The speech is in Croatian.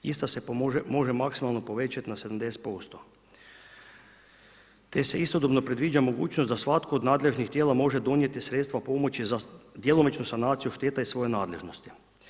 Ista se može maksimalno povećati na 70%, te se istodobno predviđa mogućnost da svatko od nadležnih tijela može donijeti sredstva pomoći za djelomičnu sanaciju šteta iz svoje nadležnost.